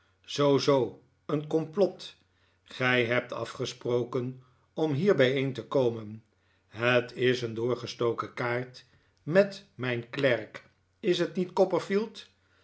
zoo zoo een complot gij hebt af gesproken om hier bijeen te komen het is een doorgestoken kaart met mijn klerk is t niet